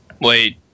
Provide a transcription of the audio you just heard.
Wait